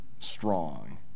Strong